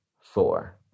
four